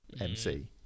MC